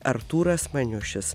artūras maniušis